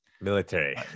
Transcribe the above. military